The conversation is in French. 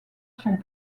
sont